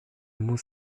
muss